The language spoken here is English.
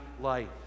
life